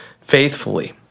faithfully